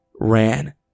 Ran